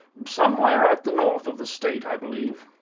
somewhere at the north of the state, i believe.